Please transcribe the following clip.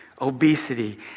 Obesity